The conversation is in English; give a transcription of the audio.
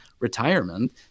Retirement